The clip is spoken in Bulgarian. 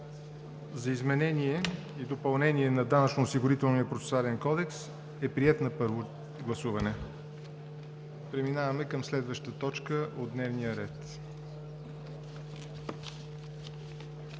за изменение и допълнение на Данъчно-осигурителния процесуален кодекс е приет на първо гласуване. Преминаваме към следващата точка от дневния ред: